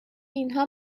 اینها